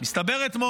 חמור מאוד